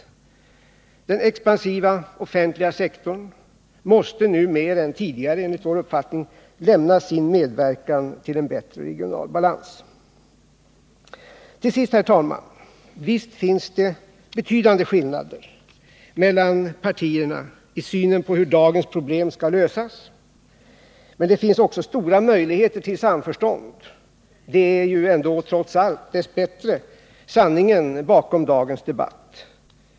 Den expansiva offentliga sektorn måste enligt vår uppfattning nu mer än tidigare lämna sin medverkan till en bättre regional balans. Till sist, herr talman! Visst finns det betydande skillnader mellan partierna i synen på hur dagens problem skall lösas, men det finns också stora möjligheter till samförstånd. Det är trots allt och dess bättre sanningen bakom dagens debatt.